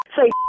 Say